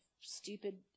stupid